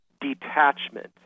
detachment